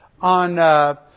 on